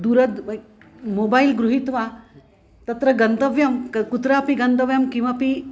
दूरात् मोबैल् गृहीत्वा तत्र गन्तव्यं किं कुत्रापि गन्तव्यं किमपि